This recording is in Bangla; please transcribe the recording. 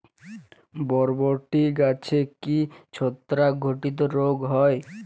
বরবটি গাছে কি ছত্রাক ঘটিত রোগ হয়?